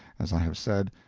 as i have said,